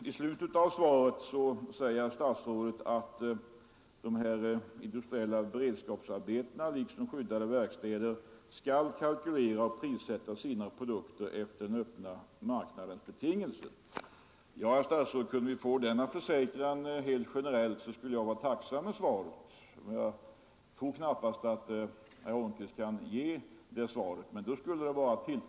I slutet av svaret sade statsrådet att de industriella beredskapsarbetena liksom de skyddade verkstäderna skall kalkylera och prissätta sina produkter efter den öppna marknadens betingelser. Kunde vi få en sådan försäkran generellt, så skulle det vara tillfredsställande — men jag tror knappast att herr Holmqvist kan ge ett sådant besked.